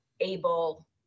able